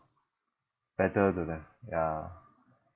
better to them ya